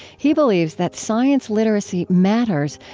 he believes that science literacy matters,